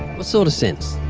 what sort of sense?